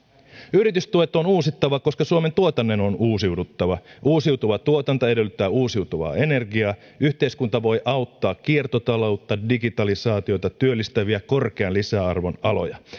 yritystuet on uusittava koska suomen tuotannon on uusiuduttava uusiutuva tuotanto edellyttää uusiutuvaa energiaa yhteiskunta voi auttaa kiertotaloutta digitalisaatiota ja työllistäviä korkean lisäarvon aloja